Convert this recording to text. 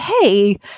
hey